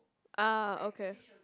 ah okay